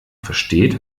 versteht